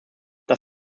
das